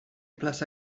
plaza